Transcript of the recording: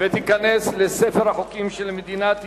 ותיכנס לספר החוקים של מדינת ישראל.